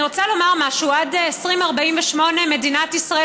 אני רוצה לומר משהו: עד 2048 מדינת ישראל